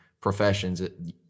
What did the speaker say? professions